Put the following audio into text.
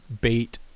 bait